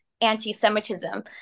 anti-Semitism